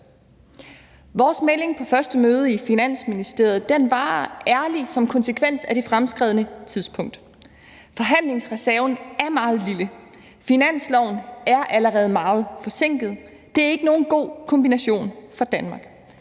Vores melding på første møde i Finansministeriet var ærlig som konsekvens af det fremskredne tidspunkt. Forhandlingsreserven er meget lille, finansloven er allerede meget forsinket, og det er ikke nogen god kombination for Danmark.